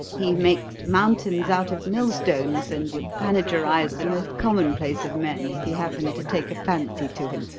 he makes mountains out of millstones, and would panegyrize the most commonplace of men if he happened to take a fancy to him.